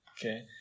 okay